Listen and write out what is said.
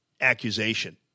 accusation